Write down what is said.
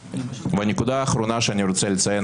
והנקודה האחרונה שאני רוצה לציין,